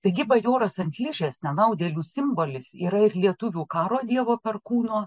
taigi bajoras ant ližės nenaudėlių simbolis yra ir lietuvių karo dievo perkūno